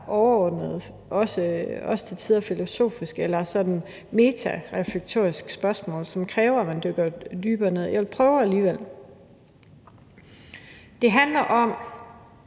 overordnet og også til tider filosofisk eller sådan metareflektorisk spørgsmål, som kræver, at man dykker dybere ned i det. Jeg prøver alligevel. Det handler på